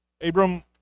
Abram